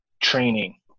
training